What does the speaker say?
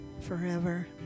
forever